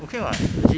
okay [what] legit